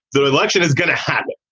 the election is going to happen.